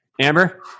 Amber